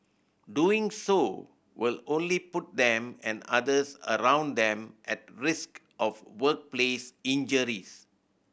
doing so will only put them and others around them at risk of workplace injuries